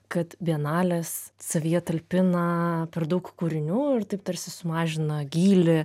kad bienalės savyje talpina per daug kūrinių ir taip tarsi sumažina gylį